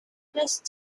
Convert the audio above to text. best